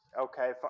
Okay